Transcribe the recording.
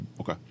Okay